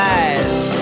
eyes